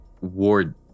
Ward